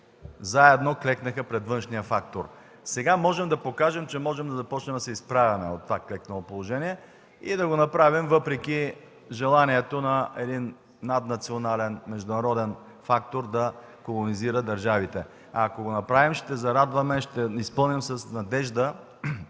заедно клекнаха пред външния фактор. Сега можем да покажем, че можем да започнем да се изправяме от клекналото положение и да го направим въпреки желанието на един наднационален международен фактор да колонизира държавите. Ако го направим, ще зарадваме и ще изпълним с надежда